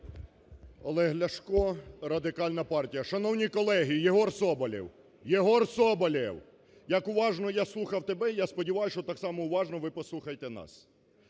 Олег Ляшко, Радикальна партія. Шановні колеги, Єгор Соболєв! Єгор Соболєв! Як уважно я слухав тебе, я сподіваюсь, що так само уважно ви послухаєте нас.